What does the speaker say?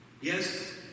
Yes